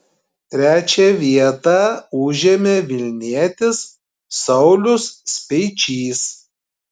trečią vietą užėmė vilnietis saulius speičys